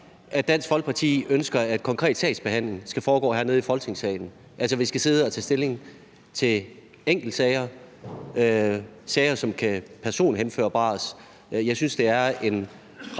Dansk Folkeparti ønsker, at konkret sagsbehandling skal foregå hernede i Folketingssalen – altså at vi skal sidde og tage stilling til enkeltsager, sager, som er personhenførbare. Jeg synes, det er en